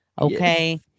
Okay